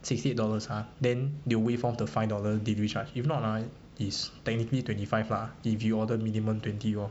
sixty eight dollars ah then they will wave off the five dollars delivery charge if not ah it's technically twenty five lah if you order minimum twenty lor